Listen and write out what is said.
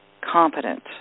competent